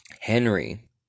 Henry